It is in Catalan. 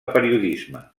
periodisme